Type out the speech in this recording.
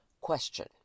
question